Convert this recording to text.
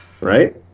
Right